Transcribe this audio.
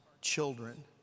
children